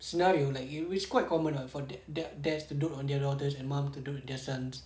scenario like you always quite common ah for that dads to dote on their daughters and mum to dote their sons